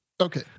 Okay